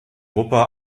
gruppe